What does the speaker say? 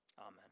Amen